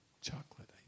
chocolate